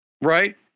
Right